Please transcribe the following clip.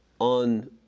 on